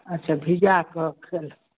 अच्छा भिजाकऽ